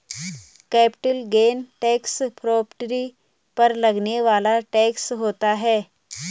capital gain tax property पर लगने वाला टैक्स होता है